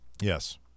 yes